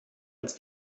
als